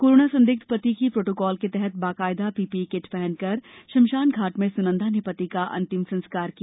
corona संदिग्ध पति की प्रोटोकॉल के तहत बाकायदा पीपीई किट पहनकर शमशान घाट में स्नंदा ने पति का अंतिम संस्कार किया